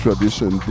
Tradition